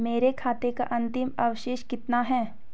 मेरे खाते का अंतिम अवशेष कितना है?